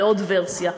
לעוד ורסיה.